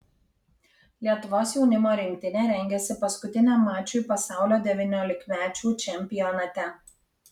lietuvos jaunimo rinktinė rengiasi paskutiniam mačui pasaulio devyniolikmečių čempionate